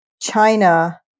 China